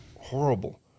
horrible